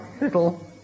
little